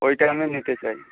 ওইটা আমি নিতে চাই